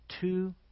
two